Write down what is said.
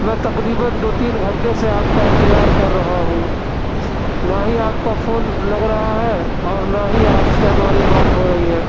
میں تقریبآٓ دو تین گھنٹے سے آپ کا انتظار کر رہا ہوں نہ ہی آپ کا فون لگ رہا ہے اور نہ ہی آپ سے ہماری بات ہو رہی ہے